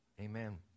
amen